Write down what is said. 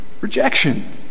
rejection